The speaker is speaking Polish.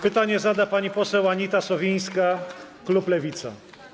Pytanie zada pani poseł Anita Sowińska, klub Lewica.